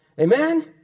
Amen